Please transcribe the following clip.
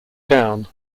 down